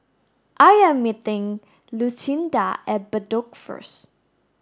I am meeting Lucinda at Bedok first